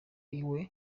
iwe